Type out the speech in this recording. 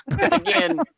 again